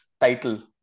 title